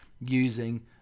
using